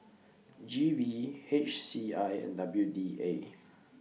G V H C I and W D A